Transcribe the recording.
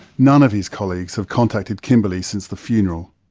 none of his colleagues have contacted kimberley since the funeral.